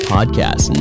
Podcast